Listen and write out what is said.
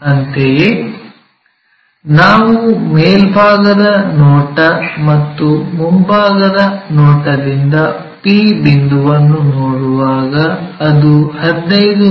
ಅಂತೆಯೇ ನಾವು ಮೇಲ್ಭಾಗದ ನೋಟ ಮತ್ತು ಮುಂಭಾಗದ ನೋಟದಿಂದ p ಬಿಂದುವನ್ನು ನೋಡುವಾಗ ಅದು 15 ಮಿ